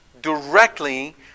directly